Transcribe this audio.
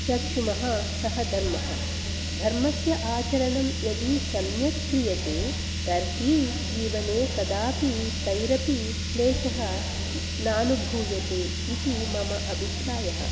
चक्षुमः स धर्मः धर्मस्य आचरणं यदि सम्यक् क्रियते तर्हि जीवने कदापि कैरपि क्लेशः नानुभूयते इति मम अभिप्रायः